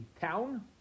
town